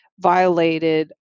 violated